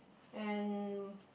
and